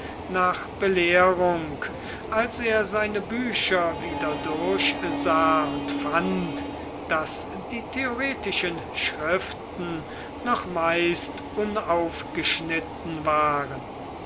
nach belehrung als er seine bücher wieder durchsah und fand daß die theoretischen schriften noch meist unaufgeschnitten waren